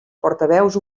portaveus